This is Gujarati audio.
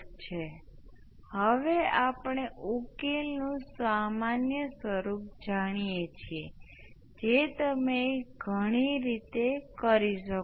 તેથી હવે આ પ્રમાણભૂત સ્વરૂપમાં છે અને જો આ ગુણાંક એકમ છે તો અહીં ગુણાંક એ ટાઈમ કોંસ્ટંટ જેટલો છે શું આપણે અગાઉ ગણતરી કરી હતી